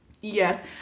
Yes